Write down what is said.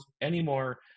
anymore